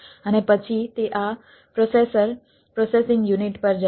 અને પછી તે આ પ્રોસેસર પર જાય છે